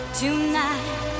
tonight